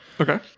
Okay